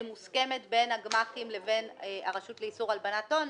שהיא מוסכמת בין הגמ"חים לבין הרשות לאיסור הלבנת הון,